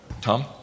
Tom